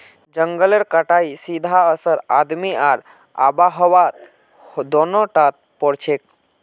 जंगलेर कटाईर सीधा असर आदमी आर आबोहवात दोनों टात पोरछेक